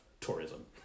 tourism